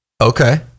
Okay